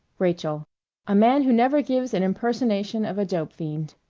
rachael a man who never gives an impersonation of a dope-fiend.